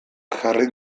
jarri